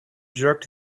jerked